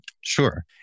Sure